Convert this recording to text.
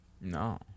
No